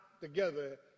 together